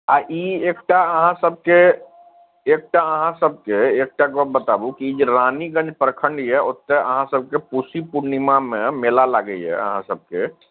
आओर ई एकटा अहाँ सभके एकटा अहाँ सभके एकटा गप बताबू कि ई जे रानीगञ्ज प्रखण्ड यऽ ओतए अहाँ सभके पूसी पूर्णिमामे मेला लागैए अहाँ सभके